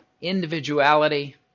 individuality